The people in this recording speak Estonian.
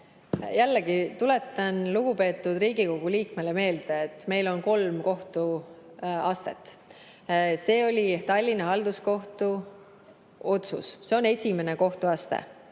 Jällegi tuletan lugupeetud Riigikogu liikmele meelde, et meil on kolm kohtuastet. See oli Tallinna Halduskohtu otsus, see on esimene kohtuaste.